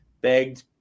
begged